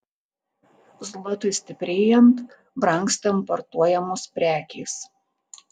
zlotui stiprėjant brangsta importuojamos prekės